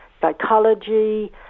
psychology